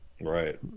right